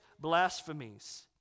blasphemies